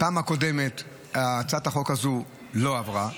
בפעם הקודמת הצעת החוק הזו לא עברה.